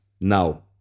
Now